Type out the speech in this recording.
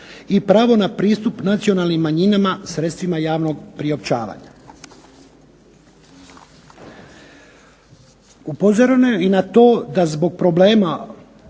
i pravo na pristup nacionalnim manjinama sredstvima javnog priopćavanja. Upozoreno je i na to da zbog problema